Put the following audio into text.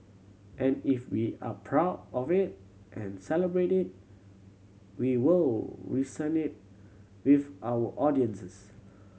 and if we are proud of it and celebrate it we will resonate with our audiences